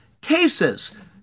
cases